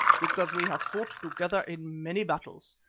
because we have fought together in many battles.